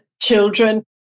children